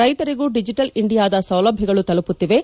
ರೈತರಿಗೂ ಡಿಜಿಟಲ್ ಇಂಡಿಯಾದ ಸೌಲಭ್ಯಗಳು ತಲುಪುತ್ತಿವೆ